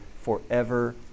forever